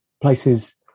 places